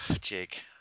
Jake